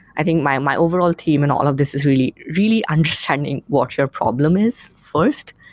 i think my my overall team and all of these is really really understanding what your problem is, first,